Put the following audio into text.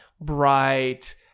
bright